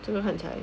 真的很差